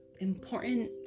important